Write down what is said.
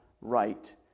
right